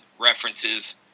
references